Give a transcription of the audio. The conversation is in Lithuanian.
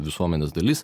visuomenės dalis